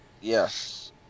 Yes